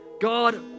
God